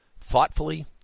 thoughtfully